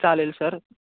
चालेल सर